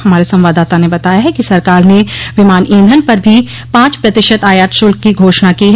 हमारे संवाददाता ने बताया है कि सरकार ने विमान ईंधन पर भी पांच प्रतिशत आयात शुल्क की घोषणा की है